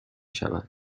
شود